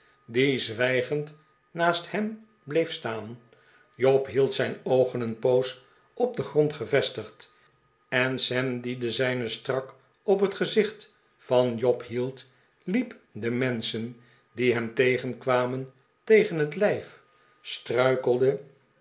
die zwijgend naast hem bleef staan job hield zijn oogen een poos op den grond gevestigd en sam die de zijne strak op het gezicht van job hield liep de menschen die hem tegenkwamen tegen het lijf struikelde